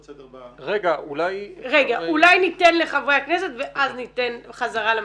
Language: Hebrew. סדר -- אולי ניתן לחברי הכנסת ואז ניתן חזרה למשרדים.